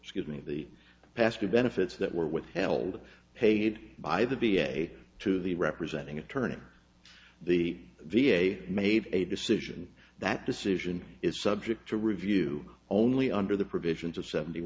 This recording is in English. gives me the past the benefits that were withheld paid by the v a to the representing attorney or the v a made a decision that decision is subject to review only under the provisions of seventy